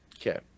Okay